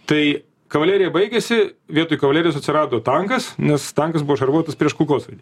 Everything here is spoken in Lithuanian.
tai kavalerija baigėsi vietoj kavalerijos atsirado tankas nes tankas buvo šarvuotas prieš kulkosvaidį